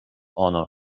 honor